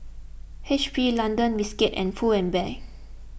H P London Biscuits and Pull and Bear